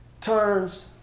turns